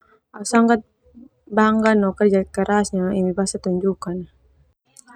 Au sangat bangga no kerja keras yang emi basa tunjukkan ah.